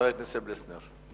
חבר הכנסת פלסנר.